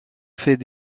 fait